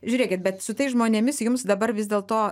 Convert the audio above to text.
žiūrėkit bet su tais žmonėmis jums dabar vis dėlto